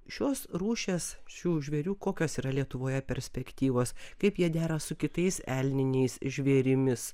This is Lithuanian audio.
šios rūšies šių žvėrių kokios yra lietuvoje perspektyvos kaip jie dera su kitais elniniais žvėrimis